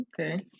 Okay